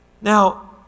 Now